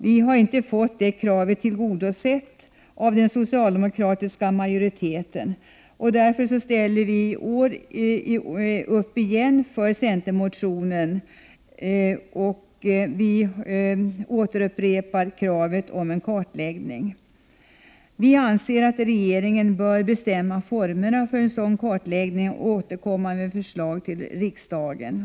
Vi har inte fått det kravet tillgodosett av den socialdemokratiska majoriteten, och därför ställer vi i år på nytt upp för centermotionen och upprepar kravet på en kartläggning. Vi anser att regeringen bör bestämma formerna för en sådan kartläggning och återkomma med förslag till riksdagen.